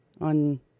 on